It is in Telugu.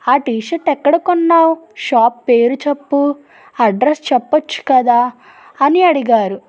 ఆ టీషర్ట్ ఎక్కడ కొన్నావు షాప్ పేరు చెప్పు అడ్రస్ చెప్పచ్చు కదా అని అడిగారు